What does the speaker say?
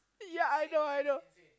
ya I know I know